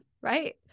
right